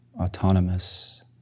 autonomous